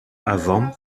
avant